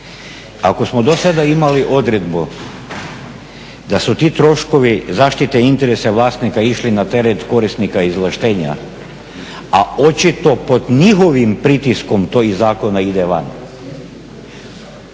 Ako smo dosada imali odredbu da su ti troškovi zaštite interesa vlasnika išli na teret korisnika izvlaštenja a očito pod njihovim pritiskom to iz zakona ide van